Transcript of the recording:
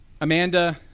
Amanda